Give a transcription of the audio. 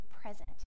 present